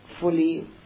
fully